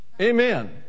Amen